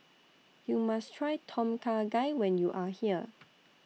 YOU must Try Tom Kha Gai when YOU Are here